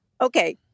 Okay